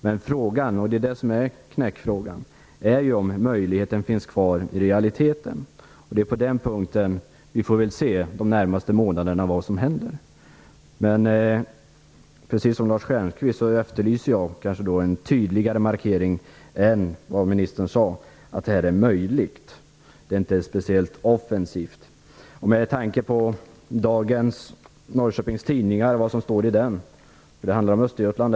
Men knäckfrågan är om möjligheten finns kvar realiteten. Vi får de närmaste månaderna se vad som händer på den punkten. Precis som Lars Stjernkvist efterlyser jag en tydligare markering än det som ministern sade om att det är möjligt. Det är inte speciellt offensivt med tanke på vad som står i dagens nummer att Norrköpings Tidningar, eftersom den här frågan i mycket handlar om Östergötland.